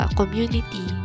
community